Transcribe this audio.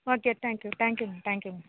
okay thank you தேங்க்யூங்க தேங்க்யூங்க